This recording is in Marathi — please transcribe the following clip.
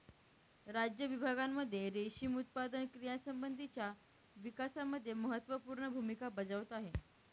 राज्य विभागांमध्ये रेशीम उत्पादन क्रियांसंबंधीच्या विकासामध्ये महत्त्वपूर्ण भूमिका बजावत आहे